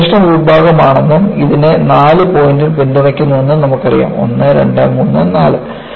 ഇത് പരീക്ഷണ വിഭാഗമാണെന്നും ഇതിനെ നാല് പോയിന്റുകൾ പിന്തുണയ്ക്കുന്നുവെന്നും നമുക്കറിയാം ഒന്ന് രണ്ട് മൂന്ന് നാല്